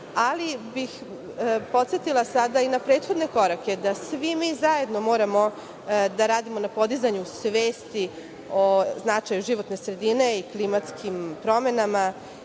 ali bih podsetila sada i na prethodne korake da svi mi zajedno moramo da radimo na podizanju svesti o značaju životne sredine i klimatskim promenama,